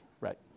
right